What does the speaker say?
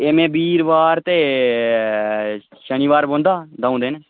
एह् मैं बीरबार ते शनिबार बौंह्दा द'ऊं दिन